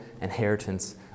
inheritance